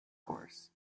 course